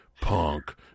punk